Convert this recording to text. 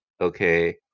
okay